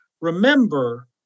Remember